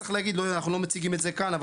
צריך להגיד לו אנחנו לא מציגים את זה כאן אבל